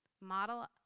model